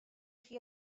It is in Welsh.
chi